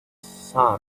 son